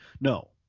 no